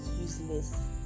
useless